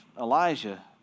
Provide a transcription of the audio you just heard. Elijah